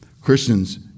Christians